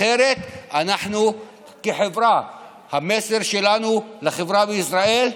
אחרת אנחנו, המסר שלנו לחברה בישראל,